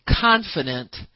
confident